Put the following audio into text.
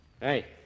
Hey